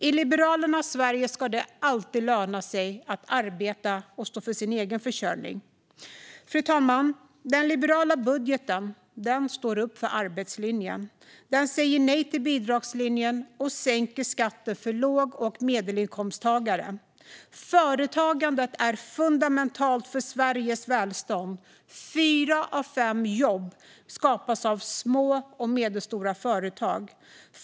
I Liberalernas Sverige ska det alltid löna sig att arbeta och stå för sin egen försörjning. Fru talman! Den liberala budgeten står upp för arbetslinjen. Den säger nej till bidragslinjen och sänker skatten för låg och medelinkomsttagare. Företagandet är fundamentalt för Sveriges välstånd. Fyra av fem jobb skapas av små och medelstora företag.